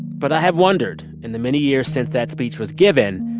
but i have wondered, in the many years since that speech was given,